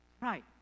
Right